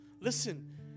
Listen